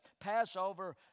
Passover